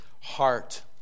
heart